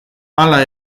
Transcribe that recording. hala